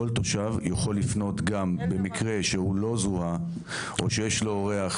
כל תושב יכול לפנות גם במקרה שהוא לא זוהה או שיש לו אורח,